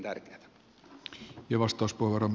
arvoisa puhemies